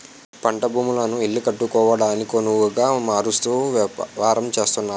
పంట భూములను ఇల్లు కట్టుకోవడానికొనవుగా మారుస్తూ వ్యాపారం చేస్తున్నారు